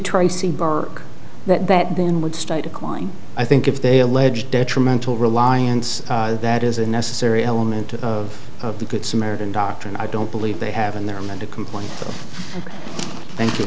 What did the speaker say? tracy bar that that then would stay decline i think if they allege detrimental reliance that is a necessary element of the good samaritan doctrine i don't believe they have in their mind to complain thank you